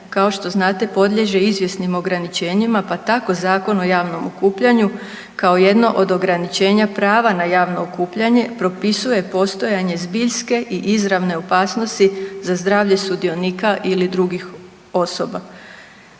kao što znate podliježe izvjesnim ograničenjima pa tako Zakon o javnom okupljanju kao jedno od ograničenja prava na javno okupljanje propisuje postojanje zbiljske i izravne opasnosti za zdravlje sudionika ili drugih osoba.